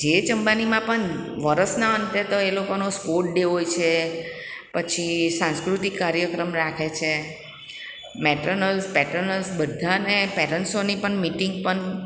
JH અંબાનીમાં પન વરસના અંતે તો એ લોકોનો સ્પોર્ટ ડે હોય છે પછી સાંસ્કૃતિક કાર્યક્રમ રાખે છે મેટ્રનલ્સ પેટ્રનલ્સ બધાને પેરેન્ટ્ન્સો પણ મિટિંગ પણ